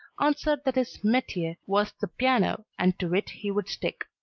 answered that his metier was the piano, and to it he would stick.